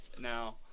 Now